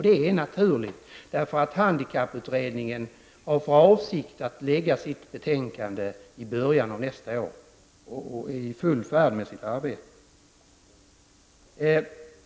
Det är naturligt, eftersom handikapputredningen har för avsikt att lägga fram sitt betänkande i början av nästa år och nu är i full färd med sitt arbete.